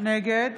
נגד